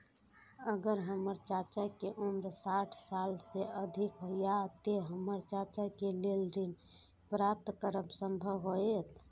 अगर हमर चाचा के उम्र साठ साल से अधिक या ते हमर चाचा के लेल ऋण प्राप्त करब संभव होएत?